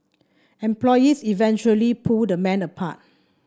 employees eventually pulled the men apart